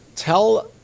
Tell